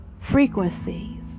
frequencies